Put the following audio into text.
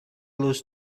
those